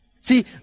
See